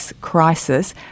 crisis